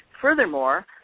Furthermore